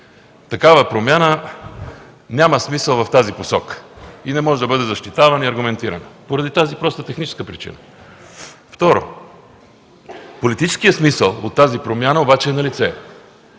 Такава промяна няма смисъл в тази посока и не може да бъде защитавана и аргументирана поради тази проста техническа причина. Второ, политическият смисъл от тази промяна обаче е налице.